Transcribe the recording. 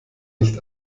nicht